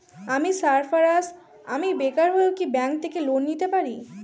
আমি সার্ফারাজ, আমি বেকার হয়েও কি ব্যঙ্ক থেকে লোন নিতে পারি?